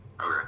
okay